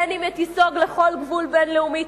בין שהיא תיסוג לכל גבול בין-לאומי,